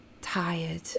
tired